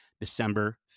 December